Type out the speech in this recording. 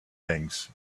things